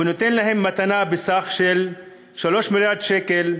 ונותן להם מתנה בסך 3 מיליארד שקלים,